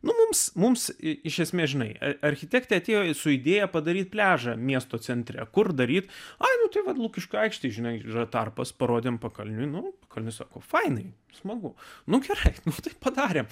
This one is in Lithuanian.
mums mums iš esmė žinai architektė atėjo su idėja padaryti pliažą miesto centre kur daryti ai nu tai vat lukiškių aikštėje žinai yra tarpas parodėm pakalniui nu pakalnis sako nu fainiai smagu nu gerai nu tai padarėme